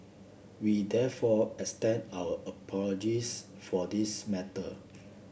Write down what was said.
we therefore extend our apologies for this matter